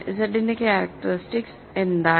ഇസഡിന്റെ characteristics എന്താണ്